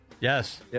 Yes